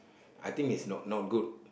I think it's not not good